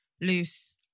Loose